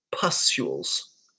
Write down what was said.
pustules